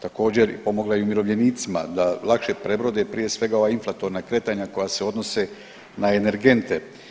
Također, pomogla je i umirovljenicima da lakše prebrode prije svega ova inflatorna kretanja koja se odnose na energente.